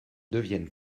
deviennent